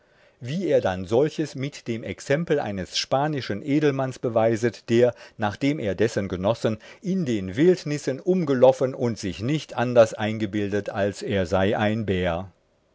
wie er dann solches mit dem exempel eines spanischen edelmanns beweiset der nachdem er dessen genossen in den wildnussen umgeloffen und sich nicht anders eingebildet als er sei ein bär